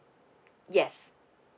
yes